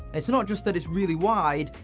it's not just that it's really wide,